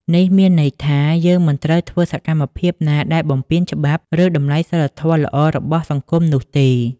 នេះមានន័យថា យើងមិនត្រូវធ្វើសកម្មភាពណាដែលបំពានច្បាប់ ឬតម្លៃសីលធម៌ល្អរបស់សង្គមនោះទេ។